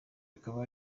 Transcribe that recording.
akaba